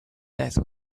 death